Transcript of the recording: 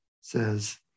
says